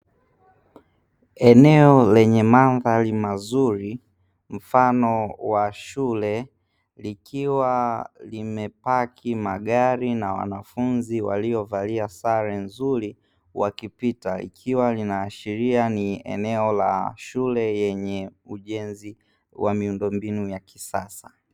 Eneo lenye mandhari mazuri, mfano wa shule likiwa limepaki magari na wanafunzi waliovalia sare nzuri wakipita. Ikiwa linaashiria ni eneo la shule yenye ujenzi wa miundombinu ya kisasa.